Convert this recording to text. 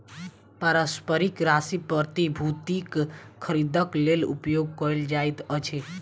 पारस्परिक राशि प्रतिभूतिक खरीदक लेल उपयोग कयल जाइत अछि